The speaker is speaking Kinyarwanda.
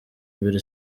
imbere